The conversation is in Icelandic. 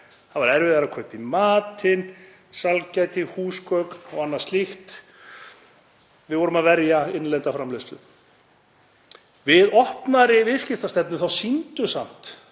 Það var erfiðara að kaupa í matinn, sælgæti, húsgögn og annað slíkt. Við vorum að verja innlenda framleiðslu. Við opnari viðskiptastefnu sýndu